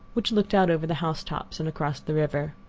which looked out over the house-tops and across the river.